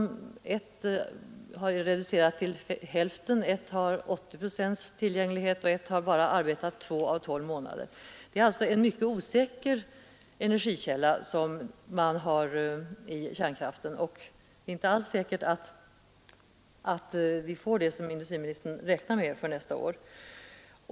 I ett är tillgängligheten reducerad till hälften, ett har 80 procents tillgänglighet och ett har bara arbetat två av tolv månader. Kärnkraften är alltså en mycket osäker energikälla, och det är inte alls säkert att vi får ut den kapacitet industriministern räknar med för nästa år.